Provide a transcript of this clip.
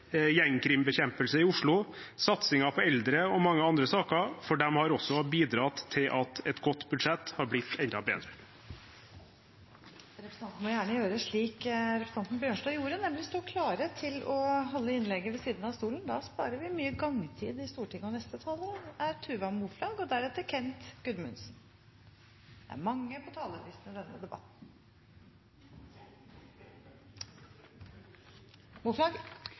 i Oslo, satsingen på eldre og mange andre saker, for de har også bidratt til at et godt budsjett har blitt enda bedre. Representantene må gjerne gjøre slik representanten Bjørnstad gjorde, nemlig stå klare til å holde innlegget ved siden av talerstolen. Da sparer vi mye gangtid i Stortinget. Det er mange på talerlisten i denne debatten. For alle som jobber i helsetjenesten, har dette året vært helt utenom det